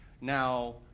Now